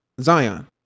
Zion